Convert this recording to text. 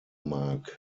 mag